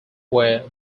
were